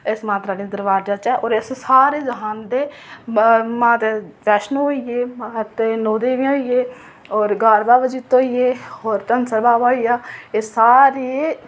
इस माता रानी दे दरबार जाह्चै होर इस सारे जहान दे माता वैष्णो होई गे माता नौ देवियां होई गे होर ग्हार बावा जित्तो होई गे होर डनसर बावा होई गे एह् सारे